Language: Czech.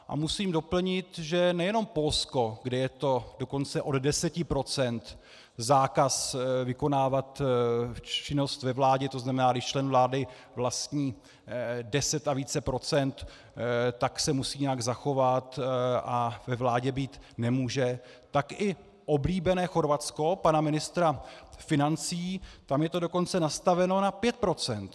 A musím doplnit, že nejenom Polsko, kde je dokonce od deseti procent zákaz vykonávat činnost ve vládě, to znamená, když člen vlády vlastní deset a více procent, tak se musí nějak zachovat a ve vládě být nemůže, tak i oblíbené Chorvatsko pana ministra financí, tam je to dokonce nastaveno na pět procent.